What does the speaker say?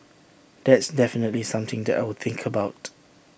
that's definitely something that I will think about